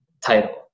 title